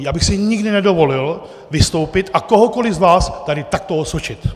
Já bych si nikdy nedovolil vystoupit a kohokoliv z vás tady takto osočit!